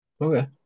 Okay